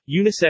UNICEF